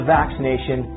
vaccination